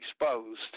exposed